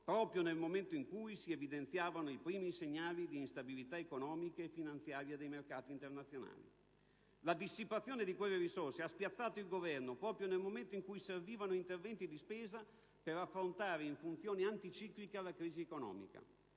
proprio nel momento in cui si evidenziavano i primi segnali di instabilità economica e finanziaria dei mercati internazionali. La dissipazione di quelle risorse ha spiazzato il Governo proprio nel momento in cui servivano interventi di spesa per affrontare in funzione anticiclica la crisi economica.